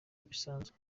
bisanzwe